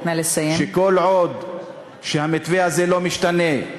שכל עוד המתווה הזה לא משתנה,